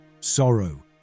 sorrow